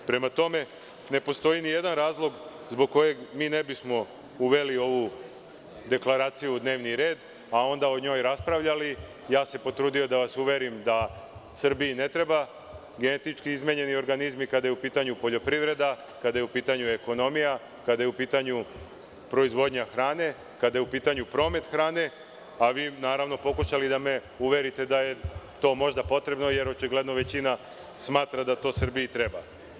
Prema tome, ne postoji ni jedan razlog zbog kojeg ne bismo uveli ovu deklaraciju u dnevni red, a onda o njoj i raspravljali, ja se potrudio da vas uverim da Srbiji ne trebaju genetički izmenjeni organizmi kada je u pitanju poljoprivreda, kada je u pitanju ekonomija, kada je u pitanju proizvodnja hrane, kada je u pitanju promet hrane, a vi pokušali da me uverite da je to možda potrebno, jer očigledno većina smatra da to Srbiji treba.